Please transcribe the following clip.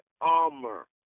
armor